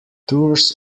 tours